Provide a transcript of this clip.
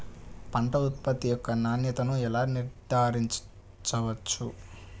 పంట ఉత్పత్తి యొక్క నాణ్యతను ఎలా నిర్ధారించవచ్చు?